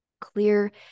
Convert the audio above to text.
clear